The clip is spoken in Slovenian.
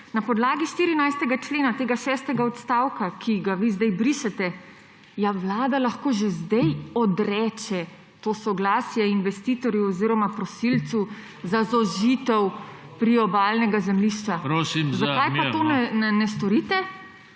na podlagi 14. člena tega šestega odstavka, ki ga vi zdaj brišete, lahko vlada že zdaj odreče to soglasje investitorju oziroma prosilcu za zožitev priobalnega zemljišča. **PODPREDSEDNIK JOŽE